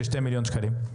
של 2 מיליון שקלים?